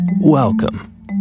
Welcome